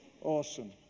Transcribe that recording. Awesome